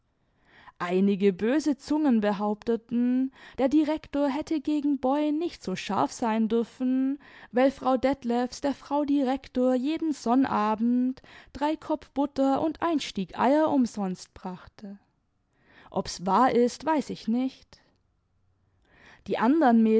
böse zungen behaupteten der direktor hätte gegen boy nicht so scharf sein dürfen weil frau detlefs der frau direktor jeden sonnabend drei kopp butter und ein stieg eier umsonst brachte ob's wahr ist weiß ich nicht die andern